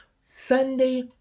Sunday